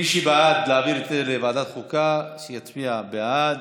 מי שבעד להעביר את זה לוועדת החוקה, שיצביע בעד.